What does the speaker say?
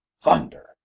thunder